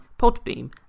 Podbeam